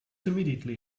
immediately